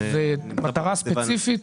זה למטרה ספציפית?